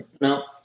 no